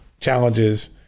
challenges